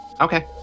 Okay